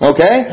Okay